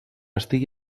estigui